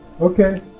Okay